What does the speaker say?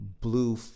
blue